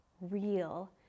real